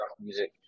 music